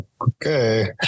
Okay